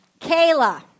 Kayla